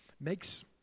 makes